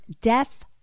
death